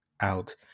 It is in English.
out